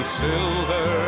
silver